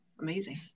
amazing